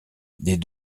des